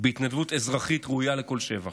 בהתנדבות אזרחית ראויה לכל שבח.